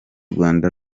rwanda